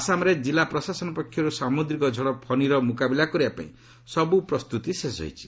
ଆସାମରେ ଜିଲ୍ଲା ପ୍ରଶାସନ ପକ୍ଷରୁ ସାମୁଦ୍ରିକ ଝଡ଼ 'ଫନୀ'ର ମୁକାବିଲା କରିବାପାଇଁ ସବୁ ପ୍ରସ୍ତୁତି ଶେଷ ହୋଇଛି